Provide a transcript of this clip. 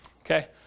Okay